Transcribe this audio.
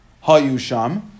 ha'yusham